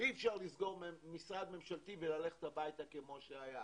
אי אפשר לסגור משרד ממשלתי וללכת הביתה, כמו שהיה.